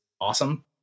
awesome